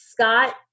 Scott